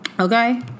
Okay